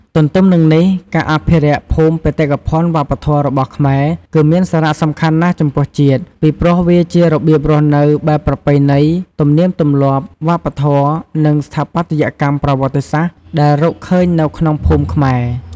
ទន្ទឹមនឹងនេះ ការអភិរក្សភូមិបេតិកភណ្ឌវប្បធម៌របស់ខ្មែរ គឺមានសារៈសំខាន់ណាស់ចំពោះជាតិ ពីព្រោះវាជារបៀបរស់នៅបែបប្រពៃណី ទំនៀមទម្លាប់វប្បធម៌ និងស្ថាបត្យកម្មប្រវត្តិសាស្ត្រដែលរកឃើញនៅក្នុងភូមិខ្មែរ។